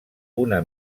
una